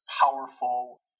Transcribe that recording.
powerful